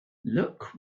look